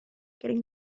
getting